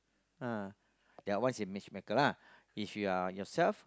uh that is one it's match maker lah if you're yourself